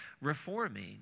reforming